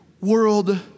world